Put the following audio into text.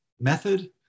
method